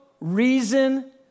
reason